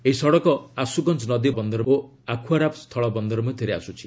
ଏହି ସଡ଼କ ଆଶୁଗଞ୍ଜ ନଦୀ ବନ୍ଦର ଓ ଅଖୁଆରା ସ୍ଥଳ ବନ୍ଦର ମଧ୍ୟରେ ଆସୁଛି